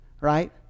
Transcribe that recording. right